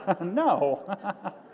No